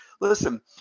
Listen